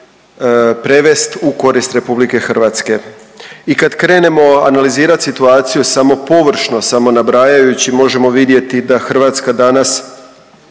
prevest u korist RH i kad krenemo analizirati situaciju samo površno, samo nabrajajući, možemo vidjeti da Hrvatska danas